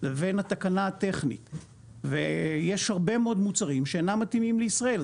לבין התקנה הטכנית ויש הרבה מאוד מוצרים שאינם מתאימים לישראל.